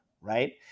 right